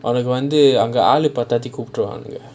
unlike one day uncle ali pathetic of drowning